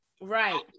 right